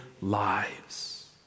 lives